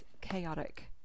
chaotic